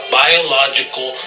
biological